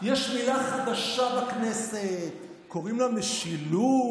יש מילה אחת חדשה בכנסת וקוראים לה "משילות".